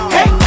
Hey